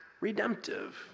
redemptive